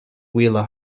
wheeler